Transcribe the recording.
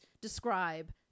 describe